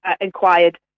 inquired